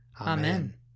Amen